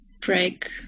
break